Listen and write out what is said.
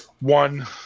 One